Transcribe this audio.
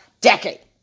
decade